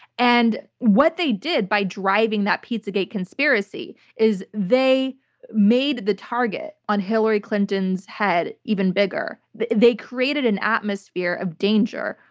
and what they did by driving that pizzagate conspiracy is they made the target on hillary clinton's head even bigger. they created an atmosphere of danger.